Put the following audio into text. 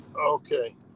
Okay